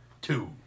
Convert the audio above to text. Two